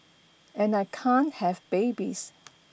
and I can't have babies